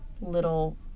little